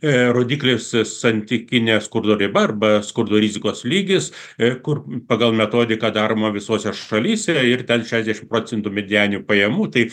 rodyklis santykinė skurdo riba arba skurdo rizikos lygis ir kur pagal metodiką daroma visose šalyse ir šešiasdešimt procentų medianinių pajamų taip